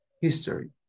history